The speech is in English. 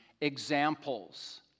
examples